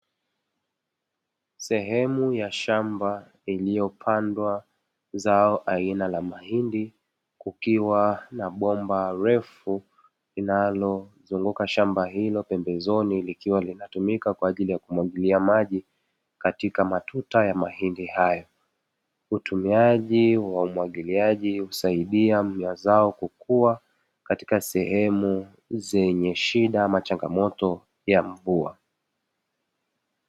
Sehemu ya shamba iliyopandwa zao aina la mahindi, kukiwa na bomba refu linalozunguka shamba hilo pembezoni, likiwa linatumika kwa ajili ya kumwagilia maji katika matuta ya mahindi hayo. Utumiaji wa umwagiliaji husaidia mazao kukua, katika sehemu zenye shida ama changamoto ya mvua.